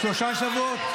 שלושה שבועות?